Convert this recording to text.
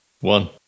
one